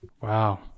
wow